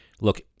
look